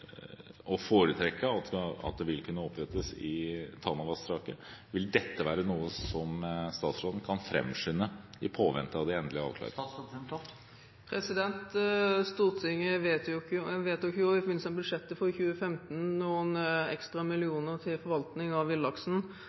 å foretrekke at opprettes i Tanavassdraget? Vil dette være noe statsråden kan framskynde i påvente av de endelige avklaringene? Stortinget vedtok i forbindelse med budsjettet for 2015 noen ekstra millioner til forvaltning av villaksen,